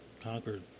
conquered